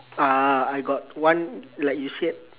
uh I got one like you said